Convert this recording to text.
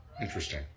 Interesting